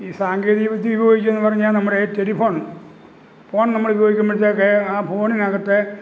ഈ സാങ്കേതിക വിദ്യ ഉപയോഗിക്കുക എന്നു പറഞ്ഞാൽ നമ്മുടെ ടെലിഫോൺ ഫോൺ നമ്മൾ ഉപയോഗിക്കുമ്പോഴത്തേക്ക് ആ ഫോണിനകത്തെ